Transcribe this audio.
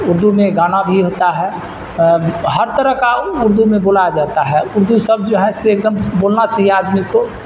اردو میں گانا بھی ہوتا ہے ہر طرح کا اردو میں بولا جاتا ہے اردو سب جو ہے سے ایک دم بولنا چاہیے آدمی کو